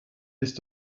ist